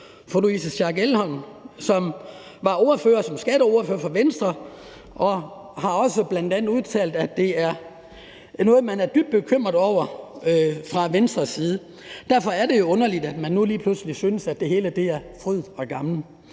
fru Louise Schack Elholm, som var skatteordfører for Venstre, og hun har bl.a. udtalt, at det er noget, man er dybt bekymret over fra Venstres side. Derfor er det jo underligt, at man nu lige pludselig synes, at det hele er fryd og gammen.